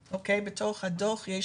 בדו"ח.